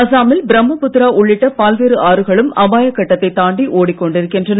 அசாமில் பிரம்மபுத்திரா உள்ளிட்ட பல்வேறு ஆறுகளும் அபாய கட்டத்தை தாண்டி ஓடிக் கொண்டிருக்கின்றன